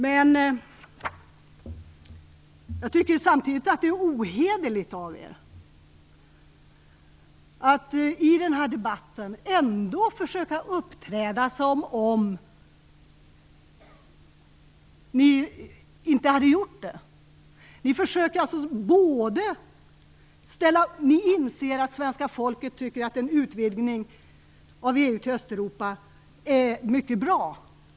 Men jag tycker samtidigt att det är ohederligt av er att i den här debatten ändå försöka uppträda som om ni inte hade gjort det. Ni inser att svenska folket tycker att en utvidgning av EU till Östeuropa är mycket bra.